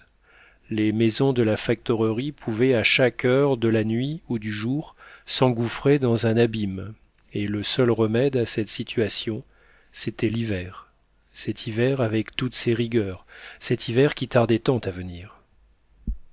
les maisons de la factorerie pouvaient à chaque heure de la nuit ou du jour s'engouffrer dans un abîme et le seul remède à cette situation c'était l'hiver cet hiver avec toutes ses rigueurs cet hiver qui tardait tant à venir